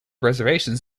reservations